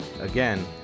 Again